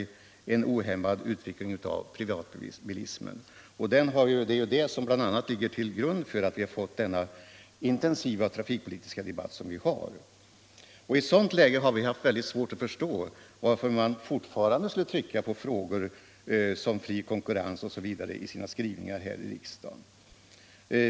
Jo, en ohämmad utveckling av privatbilismen. Det är bl.a. detta som ligger till grund för den intensiva traftkpolitiska debatt som vi har fått. I det läget har vi mycket svårt att förstå varför man fortfarande trycker på frågor som fri konkurrens osv. I sina skrivningar här i riksdagen.